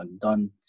done